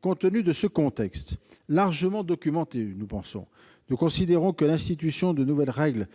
Compte tenu de ce contexte largement documenté, nous considérons que l'institution de nouvelles règles